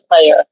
player